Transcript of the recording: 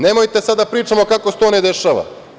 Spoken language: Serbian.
Nemojte sada da pričamo kako se to ne dešava.